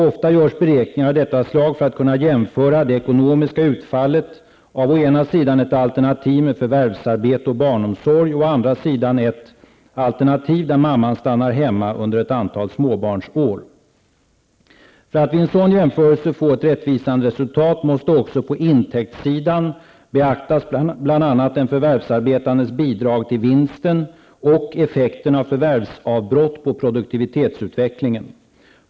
Ofta görs beräkningar av detta slag för att kunna jämföra det ekonomiska utfallet av ett alternativ med förvärvsarbete och barnomsorg med alternativ där mamman stannar hemma under ett antal småbarnsår. För att vid en sådan jämförelse få ett rättvisande resultat måste också på intäktssidan beaktas bl.a. den förvärvsarbetandes bidrag till vinsten och effekten av förvärvsavbrott på produktivitetsutvecklingen.